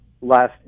last